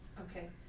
Okay